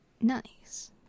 Nice